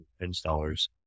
installers